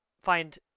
find